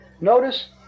notice